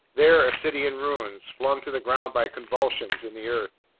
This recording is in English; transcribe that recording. there, a city in ruins, flung to the ground by convulsions in the earth.